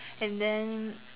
and then